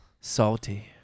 salty